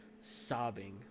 sobbing